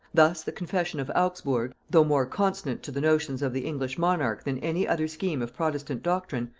thus the confession of augsburg, though more consonant to the notions of the english monarch than any other scheme of protestant doctrine,